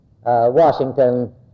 Washington